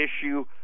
issue